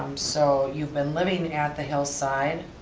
so, you've been living at the hillside.